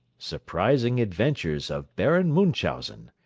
surprising adventures of baron munchausen,